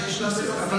שיש לה מנופים?